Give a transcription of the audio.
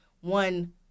one